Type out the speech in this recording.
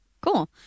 Cool